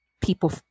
people